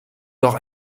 noch